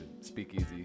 Speakeasy